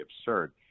absurd